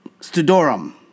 studorum